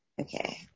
Okay